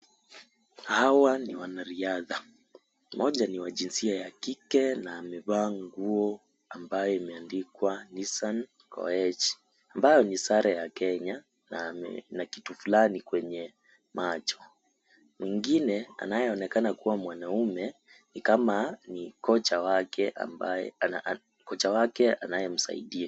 Hawa ni wanariadha, mmoja ni wa jinsia ya Kike na amevaa nguo ambayo imeandikwa Nisan Koech ambayo ni sare ya Kenya na kitu fulani kwenye macho. Mwingine, anayeonekana kuwa mwanaume ni kama ni kocha wake anayemsaidia.